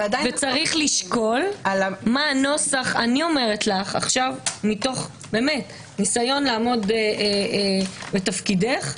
יש לשקול מה הנוסח - מתוך ניסיון לעמוד בתפקידך,